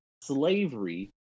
slavery